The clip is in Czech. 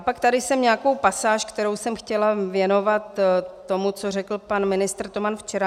Pak tady mám nějakou pasáž, kterou jsem chtěla věnovat tomu, co řekl pan ministr Toman včera.